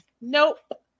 nope